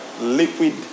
Liquid